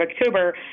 October